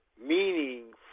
meaning